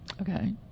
Okay